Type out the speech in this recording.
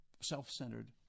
Self-centered